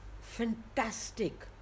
fantastic